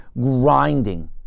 grinding